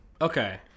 Okay